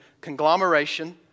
conglomeration